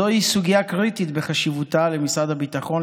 זוהי סוגיה קריטית בחשיבותה למשרד הביטחון,